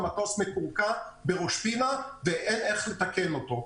המטוס מקורקע בראש פינה ואין איך לתקן אותו.